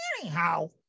Anyhow